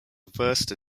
reversed